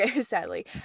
sadly